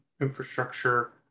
infrastructure